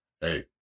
hey